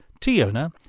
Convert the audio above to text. Tiona